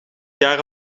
jaar